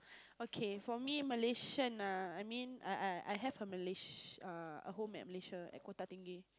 okay for me Malaysian ah I mean uh I I have a Malays~ home at Malaysia at Kota-Tinggi